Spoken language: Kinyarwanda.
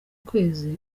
kwezi